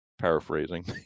paraphrasing